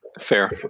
fair